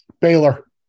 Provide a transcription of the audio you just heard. Baylor